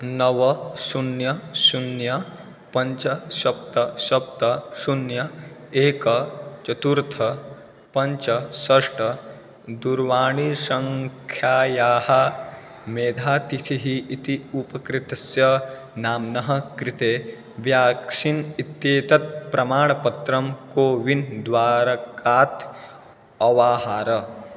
नव शून्यं शून्यं पञ्च सप्त सप्त शून्यम् एकं चतुर्थः पञ्च अष्ट दूरवाणीषङ्ख्यायाः मेधातिथिः इति उपकृतस्य नाम्नः कृते व्याक्सीन् इत्येतत् प्रमाणपत्रं कोविन् द्वारकात् अवाहर